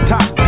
Top